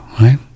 right